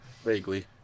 vaguely